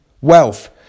wealth